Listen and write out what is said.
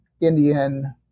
Indian